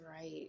right